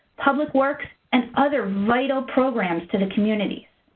public works and other vital programs to the communities.